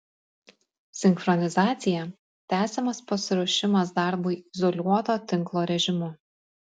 sinchronizacija tęsiamas pasiruošimas darbui izoliuoto tinklo režimu